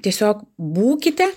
tiesiog būkite